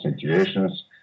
situations